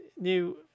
new